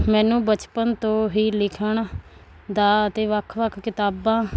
ਮੈਨੂੰ ਬਚਪਨ ਤੋਂ ਹੀ ਲਿਖਣ ਦਾ ਅਤੇ ਵੱਖ ਵੱਖ ਕਿਤਾਬਾਂ